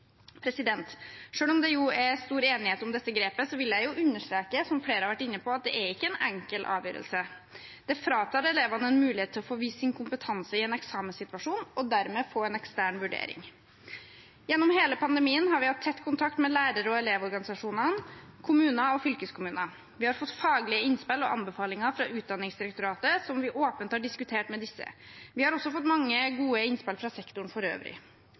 om det er stor enighet om dette grepet, vil jeg understreke, som flere har vært inne på, at det ikke er en enkel avgjørelse. Det fratar elevene en mulighet til å få vist sin kompetanse i en eksamenssituasjon og dermed få en ekstern vurdering. Gjennom hele pandemien har vi hatt tett kontakt med lærer- og elevorganisasjonene, kommuner og fylkeskommuner. Vi har fått faglige innspill og anbefalinger fra Utdanningsdirektoratet som vi åpent har diskutert med disse. Vi har også fått mange gode innspill fra sektoren for øvrig.